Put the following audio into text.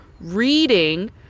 reading